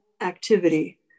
activity